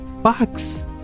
Box